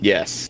Yes